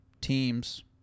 teams